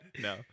No